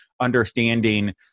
understanding